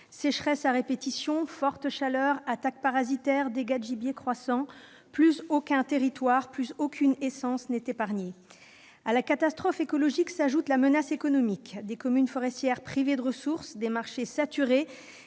sécheresses à répétition, fortes chaleurs, attaques parasitaires, dégâts de gibiers croissants ... Plus aucun territoire, plus aucune essence ne sont épargnés. À la catastrophe écologique s'ajoute la menace économique : des communes forestières privées de ressources, des marchés saturés,